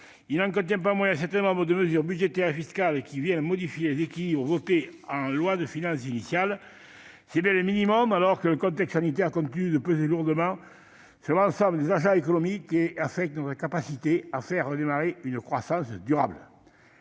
Il n'en contient pas moins un certain nombre de mesures budgétaires et fiscales qui viennent modifier l'équilibre voté en loi de finances initiale. C'est bien le minimum, alors que le contexte sanitaire continue de peser lourdement sur l'ensemble des agents économiques et affecte notre capacité à faire redémarrer une croissance durable.